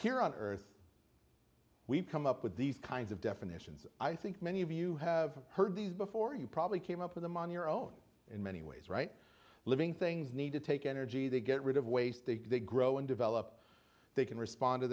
here on earth we've come up with these kinds of definitions i think many of you have heard these before you probably came up with them on your own in many ways right living things need to take energy they get rid of waste they they grow and develop they can respond to